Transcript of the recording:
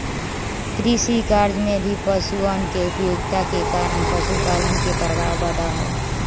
कृषिकार्य में भी पशुअन के उपयोगिता के कारण पशुपालन के प्रभाव बढ़ा हई